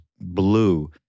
blue